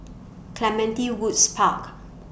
Clementi Woods Park